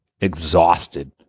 exhausted